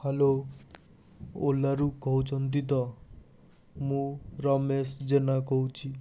hello ଓଲାରୁ କହୁଛନ୍ତି ତ ମୁଁ ରମେଶ ଜେନା କହୁଛି